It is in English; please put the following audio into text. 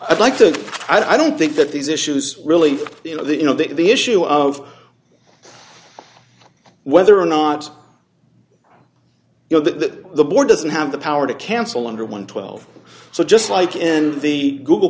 i'd like to i don't think that these issues really you know that you know that the issue of whether or not you know that the board doesn't have the power to cancel under one hundred and twelve so just like in the google